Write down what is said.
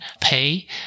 pay